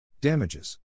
Damages